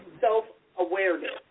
self-awareness